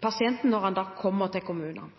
pasienten når han kommer til kommunen.